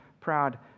proud